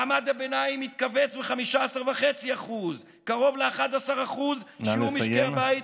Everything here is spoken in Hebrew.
מעמד הביניים התכווץ ב-15.5%; קרוב ל-11% שיעור משקי הבית